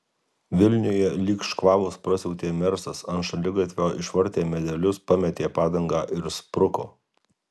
vilniuje lyg škvalas prasiautė mersas ant šaligatvio išvartė medelius pametė padangą ir spruko